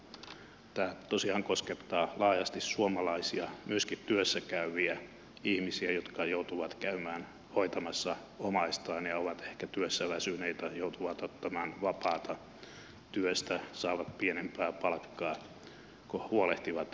tämä tosiaan koskettaa laajasti suomalaisia myöskin työssä käyviä ihmisiä jotka joutuvat käymään hoitamassa omaistaan ja ovat ehkä työssä väsyneitä joutuvat ottamaan vapaata työstä saavat pienempää palkkaa kun huolehtivat omaisistaan